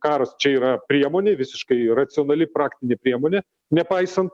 karas čia yra priemonė visiškai racionali praktinė priemonė nepaisant